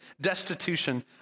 destitution